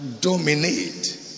dominate